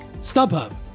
StubHub